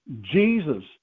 Jesus